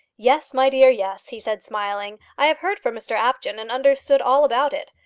yes, my dear, yes, he said, smiling. i have heard from mr apjohn, and understood all about it.